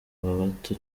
bato